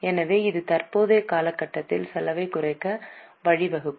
எனவே இது தற்போதைய காலகட்டத்தில் செலவைக் குறைக்க வழிவகுக்கும்